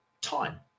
time